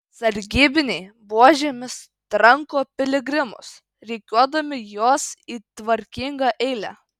sargybiniai buožėmis tranko piligrimus rikiuodami juos į tvarkingą eilę